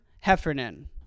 Heffernan